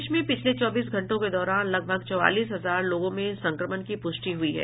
देश में पिछले चौबीस घंटों के दौरान लगभग चौबालीस हजार लोगों में संक्रमण की पुष्टि हुई है